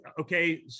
okay